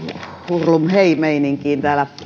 hurlumhei meininkiin täällä